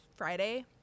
friday